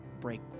break